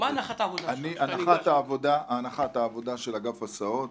הנחת העבודה של אגף הסעות